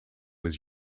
was